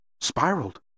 spiraled